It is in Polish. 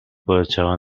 poleciała